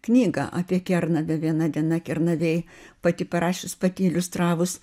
knygą apie kernavę viena diena kernavėj pati parašius pati iliustravus